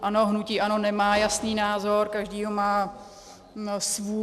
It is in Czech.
Ano, hnutí ANO nemá jasný názor, každý ho má svůj.